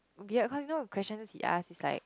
weird cause you know questions he asked is like